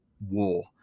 war